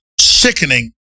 sickening